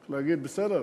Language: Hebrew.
להגיד: בסדר?